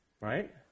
Right